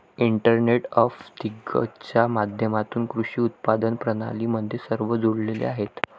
internet of थिंग्जच्या माध्यमातून कृषी उत्पादन प्रणाली मध्ये सर्व जोडलेले आहेत